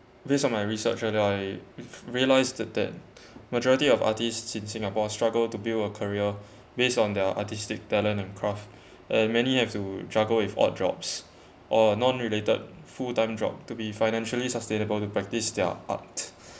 based on my research and I realised that the majority of artists in singapore struggle to build a career based on their artistic talent and craft and many have to juggle with odd jobs or non-related full time job to be financially sustainable to practice their art